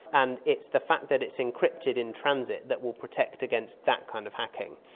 and it's the fact that it's encrypted in transit that will protect against that kind of hacking.